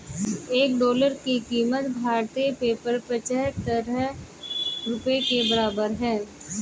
एक डॉलर की कीमत भारतीय पेपर पचहत्तर रुपए के बराबर है